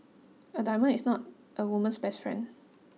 a diamond is not a woman's best friend